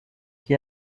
qui